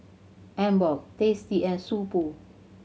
Emborg Tasty and So Pho